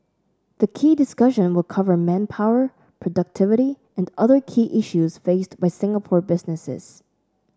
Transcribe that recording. the key discussion will cover manpower productivity and other key issues faced by Singapore businesses